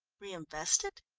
reinvest it?